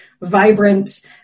vibrant